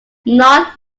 not